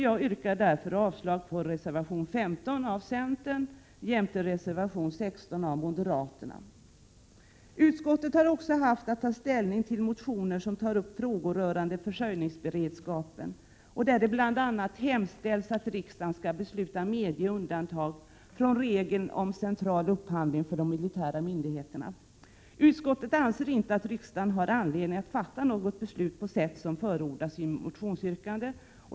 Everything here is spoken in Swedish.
Jag yrkar därför avslag på reservation nr 15 av centern jämte reservation nr 16 av moderaterna. Utskottet har också haft att ta ställning till motioner som tar upp frågor rörande försörjningsberedskapen, där det bl.a. hemställs att riksdagen skall besluta att medge undantag från regeln om central upphandling för de militära myndigheterna. Utskottet anser inte att riksdagen har anledning att fatta något beslut på sätt som förordas i motionsyrkandet.